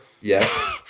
Yes